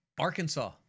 Arkansas